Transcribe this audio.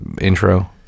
intro